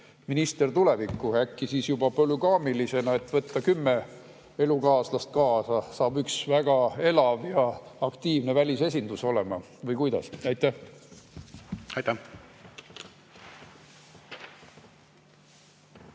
välisminister tulevikku. Äkki siis juba polügaamilisena, võib võtta kümme elukaaslast kaasa, saab üks väga elav ja aktiivne välisesindus olema. Või kuidas? Aitäh!